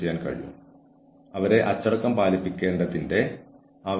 ജോലിക്കാരനെ discharge ചെയ്യാൻ തീരുമാനിക്കുന്നതിന് മുമ്പ് അവരെ സഹായിക്കുക